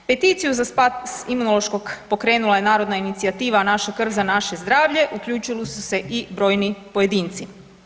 Peticiju za spas Imunološkog pokrenula je narodna inicijativa „Naša krv za naše zdravlje“, uključili su se i brojni pojedinci.